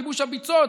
כיבוש הביצות,